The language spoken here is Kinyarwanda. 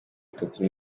itatu